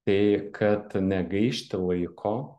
tai kad negaišti laiko